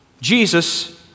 Jesus